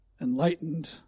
enlightened